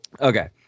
Okay